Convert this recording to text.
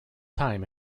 time